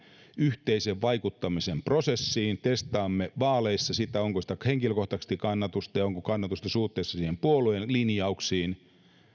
yhteisen vaikuttamisen prosessiin testaamme vaaleissa sitä onko henkilökohtaisesti sitä kannatusta ja onko kannatusta suhteessa niihin puolueen linjauksiin